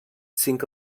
cinc